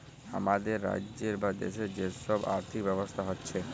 হামাদের রাজ্যের বা দ্যাশের যে সব আর্থিক ব্যবস্থা হচ্যে